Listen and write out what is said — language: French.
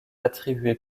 attribué